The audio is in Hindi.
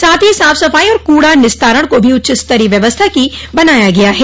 साथ ही साफ सफाई और कूड़ा निस्तारण की भी उच्चस्तरीय व्यवस्था की गई है